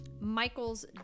Michael's